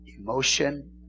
emotion